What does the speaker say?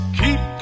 keep